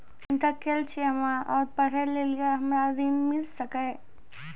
Inter केल छी हम्मे और पढ़े लेली हमरा ऋण मिल सकाई?